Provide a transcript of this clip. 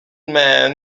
man